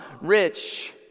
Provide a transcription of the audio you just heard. rich